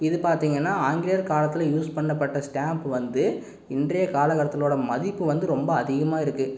இது பார்த்திங்கனா ஆங்கிலேயர் காலத்தில் யூஸ் பண்ணப்பட்ட ஸ்டேம்ப் வந்து இன்றைய காலக்கட்டத்தோடய மதிப்பு வந்து ரொம்ப அதிகமாக இருக்குது